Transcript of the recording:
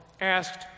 asked